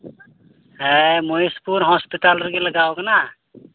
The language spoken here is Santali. ᱦᱮᱸ ᱢᱚᱦᱤᱥᱯᱩᱨ ᱦᱚᱥᱯᱤᱴᱟᱞ ᱨᱮᱜᱮ ᱞᱟᱜᱟᱣ ᱠᱟᱱᱟ